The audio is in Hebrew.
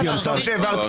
לא, סליחה.